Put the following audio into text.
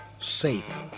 safe